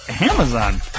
Amazon